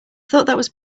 thought